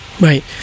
Right